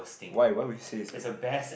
why why would you say is a ppo